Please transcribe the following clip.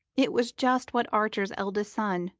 it was just what archer's eldest son,